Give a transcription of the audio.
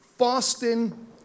Fasting